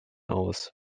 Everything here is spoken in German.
aus